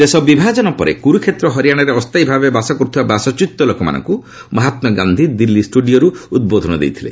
ଦେଶ ବିଭାଜନ ପରେ କୁରୁକ୍ଷେତ୍ର ଓ ହରିଆଣାରେ ଅସ୍ଥାୟୀ ଭାବେ ବାସ କରୁଥିବା ବାସଚ୍ୟୁତ ଲୋକମାନଙ୍କୁ ମହାତ୍ଲା ଗାନ୍ଧି ଦିଲ୍ଲୀ ଷ୍ଟୁଡିଓରୁ ଉଦ୍ବୋଧନ ଦେଇଥିଲେ